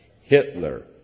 Hitler